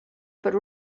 per